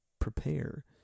prepare